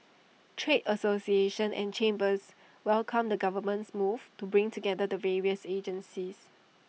trade associations and chambers welcomed the government's move to bring together the various agencies